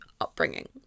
upbringing